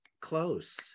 close